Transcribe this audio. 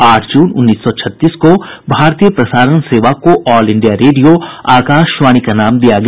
आठ जून उन्नीस सौ छत्तीस को भारतीय प्रसारण सेवा को ऑल इंडिया रेडियो आकाशवाणी नाम दिया गया